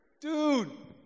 Dude